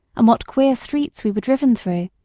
and what queer streets we were driven through.